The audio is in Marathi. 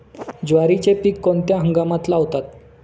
ज्वारीचे पीक कोणत्या हंगामात लावतात?